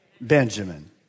Benjamin